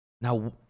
Now